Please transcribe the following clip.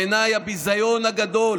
בעיניי הביזיון הגדול